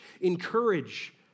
encourage